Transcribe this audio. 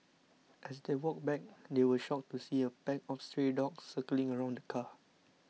as they walked back they were shocked to see a pack of stray dogs circling around the car